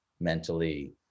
mentally